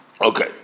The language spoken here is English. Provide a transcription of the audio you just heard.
Okay